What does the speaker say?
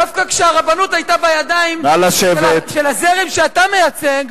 דווקא כשהרבנות היתה בידיים של הזרם שאתה מייצג,